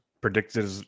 predicted